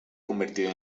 convertido